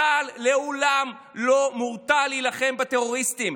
צה"ל לעולם לא מורתע להילחם בטרוריסטים.